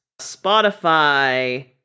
spotify